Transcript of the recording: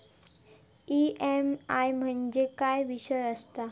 EMI म्हणजे काय विषय आसता?